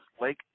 Lake